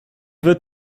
wird